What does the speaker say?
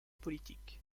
politique